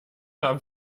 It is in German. haben